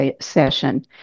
session